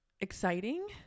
Exciting